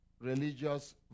religious